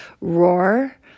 roar